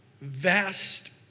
Vast